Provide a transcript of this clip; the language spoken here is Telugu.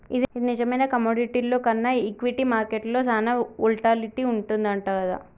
ఇది నిజమేనా కమోడిటీల్లో కన్నా ఈక్విటీ మార్కెట్లో సాన వోల్టాలిటీ వుంటదంటగా